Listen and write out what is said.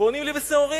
ועונים לי בשעורים.